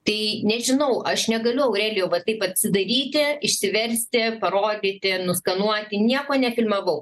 tai nežinau aš negaliu aurelijau vat taip atsidaryti išsiversti parodyti nuskanuoti nieko nefilmavau